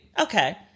Okay